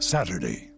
Saturday